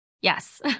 Yes